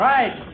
Right